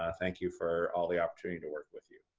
ah thank you for all the opportunity to work with you.